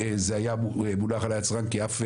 זה היה מונח על הצרכן,